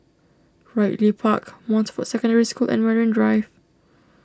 Ridley Park Montfort Secondary School and Marine Drive